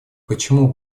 почему